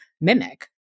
mimic